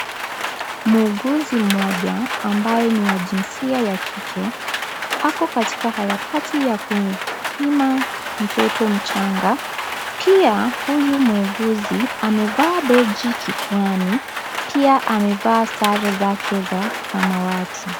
Muuguzi mmoja ambaye ni wa jinsia ya kike ako katika harakati ya kupima mtoto mchanga, pia huyu muuguzi amevaa bechi kifuani piq amevaa sare zake za samawati.